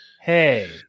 hey